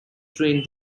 trained